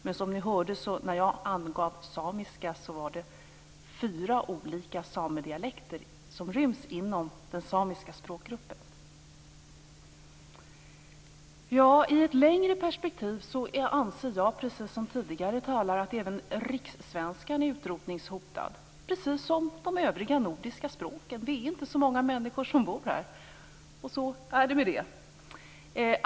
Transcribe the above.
Men som ni hörde när jag angav samiska är det fråga om fyra olika samedialekter som ryms inom den samiska språkgruppen. I ett längre perspektiv anser jag liksom tidigare talare att även rikssvenskan är utrotningshotad, precis som de övriga nordiska språken. Vi är inte så många människor som bor här. Så är det med det.